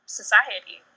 society